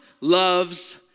loves